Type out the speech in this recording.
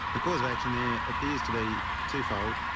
the cause of action there appears to be twofold.